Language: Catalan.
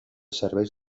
servei